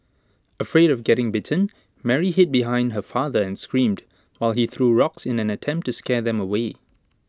afraid of getting bitten Mary hid behind her father and screamed while he threw rocks in an attempt to scare them away